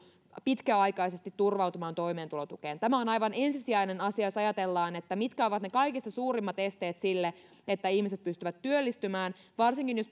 pitkäaikaisesti turvautumaan toimeentulotukeen tämä on aivan ensisijainen asia jos ajatellaan mitkä ovat ne kaikista suurimmat esteet sille että ihmiset pystyvät työllistymään varsinkin jos